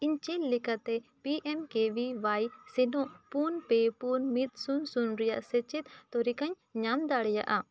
ᱤᱧ ᱪᱮᱫ ᱞᱮᱠᱟᱛᱮ ᱥᱮᱱᱚᱜ ᱯᱮ ᱯᱩᱱ ᱢᱤᱫ ᱥᱩᱱ ᱥᱩᱱ ᱨᱮᱭᱟᱜ ᱥᱮᱪᱮᱫ ᱛᱟᱹᱞᱤᱠᱟᱧ ᱧᱟᱢ ᱫᱟᱲᱮᱭᱟᱜᱼᱟ